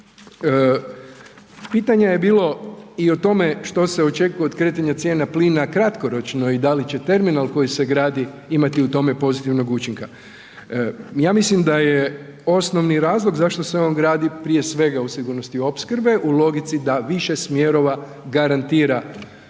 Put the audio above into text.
Pitanje je bilo i o tome što se očekuje od kretanja cijena plina kratkoročno i da li će terminal koji se gradi imati u tome pozitivnog učinka? Ja mislim da je osnovi razlog zašto se on gradi prije svega u sigurnosti opskrbe u logici da više smjerova garantira rješenje